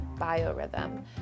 Biorhythm